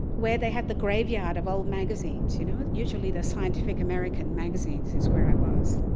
where they had the graveyard of old magazines, you know, usually the scientific american magazines is where i was.